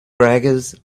braggers